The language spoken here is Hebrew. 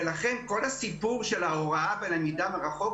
ולכן כל הסיפור של ההוראה והלמידה מרחוק,